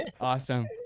awesome